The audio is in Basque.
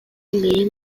gehien